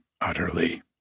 utterly